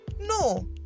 no